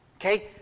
Okay